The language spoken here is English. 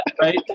right